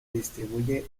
distribuye